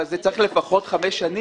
אוקיי, אבל זה צריך להיות לפחות חמש שנים,